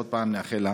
עוד פעם נאחל לה